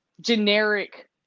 generic